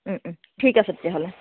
ঠিক আছে তেতিয়াহ'লে